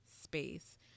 space